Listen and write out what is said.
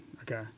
Okay